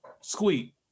Squeak